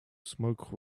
smoke